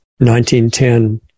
1910